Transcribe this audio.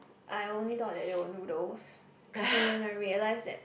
I only thought that there were noodles and then I realized that